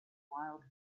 wild